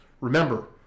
Remember